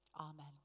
Amen